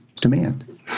demand